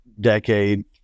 decade